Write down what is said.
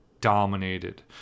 dominated